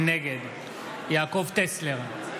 נגד יעקב טסלר,